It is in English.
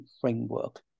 framework